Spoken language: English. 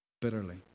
bitterly